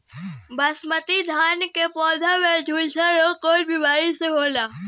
बासमती धान क पौधा में झुलसा रोग कौन बिमारी से होला?